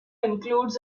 includes